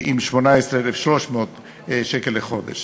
צריך להסתכל בצורה יותר רחבה על מה שקורה במשק כולו.